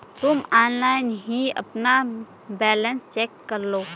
तुम ऑनलाइन ही अपना बैलन्स चेक करलो